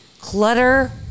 Clutter